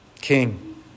king